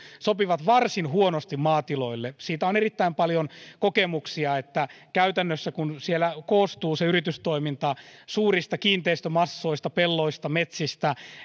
sopivat varsin huonosti maatiloille siitä on erittäin paljon kokemuksia että käytännössä kun se yritystoiminta koostuu siellä suurista kiinteistömassoista pelloista ja metsistä